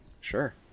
Sure